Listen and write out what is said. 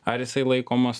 ar jisai laikomas